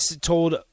told